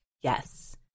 Yes